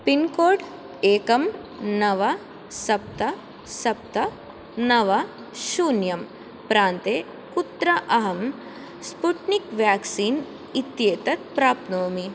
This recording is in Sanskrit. पिन्कोड् एकं नव सप्त सप्त नव शून्यं प्रान्ते कुत्र अहं स्पूटनिक् व्याक्सीन् इत्येतत् प्राप्नोमि